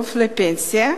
סוף-סוף לפנסיה,